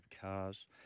cars